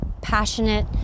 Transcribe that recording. passionate